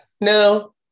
No